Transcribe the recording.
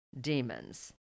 demons